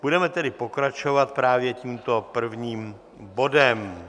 Budeme tedy pokračovat právě tímto prvním bodem.